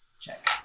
check